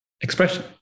expression